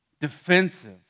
defensive